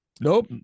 nope